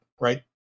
right